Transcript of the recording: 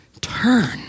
Turn